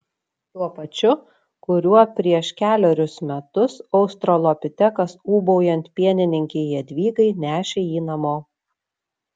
tuo pačiu kuriuo prieš kelerius metus australopitekas ūbaujant pienininkei jadvygai nešė jį namo